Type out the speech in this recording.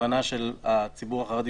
מתוך הבנה של הציבור החרדי,